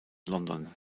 london